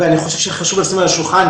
ואני חושב שחשוב לשים על השולחן,